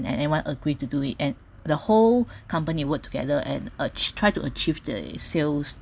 and everyone agreed to do it and the whole company work together and urged try to achieve the sales